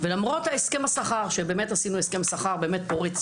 ולמרות הסכם השכר עשינו הסכם שכר פורץ